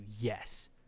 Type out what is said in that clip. yes